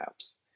apps